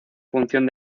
función